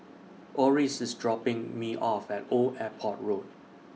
Orris IS dropping Me off At Old Airport Road